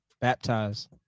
Baptized